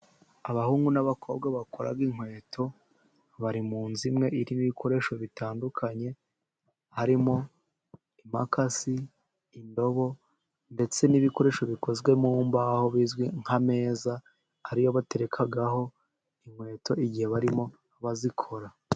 Abahungu n'abakobwa bakora inkweto, bari mu nzu imwe iririmo ibikoresho bitandukanye, harimo imakasi, indobo ndetse n'ibikoresho bikozwe mu mbaho bizwi nk'amezeza ari yo baterekaho inkweto igihe barimo bazikora.